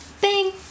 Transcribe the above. Bing